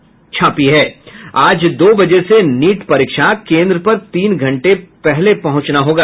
अखबार लिखता है आज दो बजे से नीट परीक्षा केंद्र पर तीन घंटे पहले पहुंचना होगा